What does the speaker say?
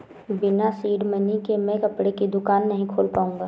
बिना seed money के मैं कपड़े की दुकान नही खोल पाऊंगा